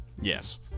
Yes